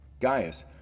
Gaius